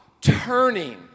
turning